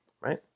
right